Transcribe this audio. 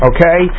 Okay